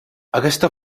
aquesta